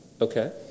Okay